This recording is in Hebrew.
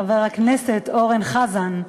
חבר הכנסת אורן חזן,